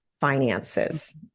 finances